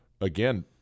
again